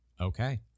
Okay